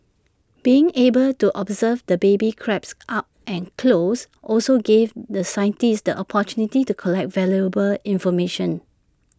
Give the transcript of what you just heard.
being able to observe the baby crabs up and close also gave the scientists the opportunity to collect valuable information